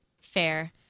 Fair